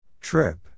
Trip